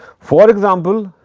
for example,